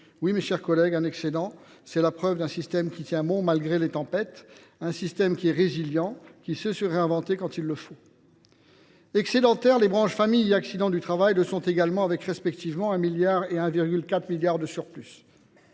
Oui, mes chers collègues, un excédent ! C’est la preuve d’un système qui tient bon, malgré les tempêtes, d’un système qui est résilient, qui sait se réinventer quand il le faut. Excédentaires, les branches famille et AT MP le sont également avec respectivement 1 milliard et 1,4 milliard d’euros